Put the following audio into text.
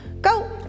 Go